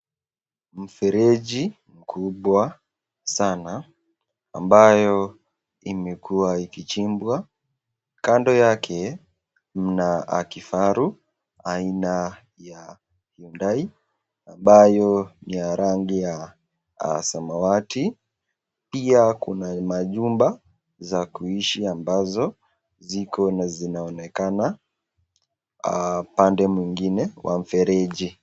Mfereji mkubwa sana ambayo imekuwa ikichimbwa kando yake mna kifaru aina ya hyundai ambayo ni ya rangi ya samawati pia kuna majumba za kuishi ambazo ziko na zinaonekana upande mwingine wa mfereji.